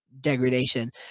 degradation